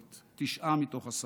תשעה מתוך עשרה.